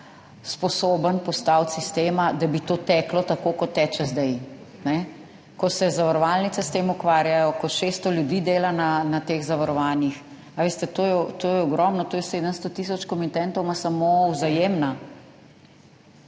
sposoben postaviti sistema, da bi to teklo tako, kot teče zdaj, ko se zavarovalnice s tem ukvarjajo, ko 600 ljudi dela na teh zavarovanjih. Veste, to je ogromno. 700 tisoč komitentov ima samo Vzajemna.